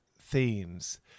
themes